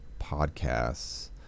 podcasts